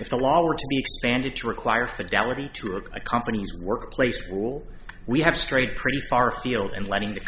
if the law were expanded to require fidelity to a company's workplace pool we have strayed pretty far field and letting the